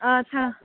ꯑꯥ